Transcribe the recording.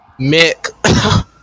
Mick